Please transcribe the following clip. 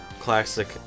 classic